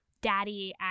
daddy